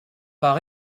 par